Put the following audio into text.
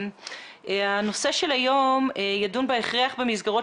הנושא על סדר-היום הוא ההכרח במסגרות